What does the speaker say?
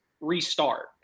restart